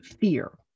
fear